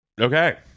Okay